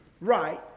right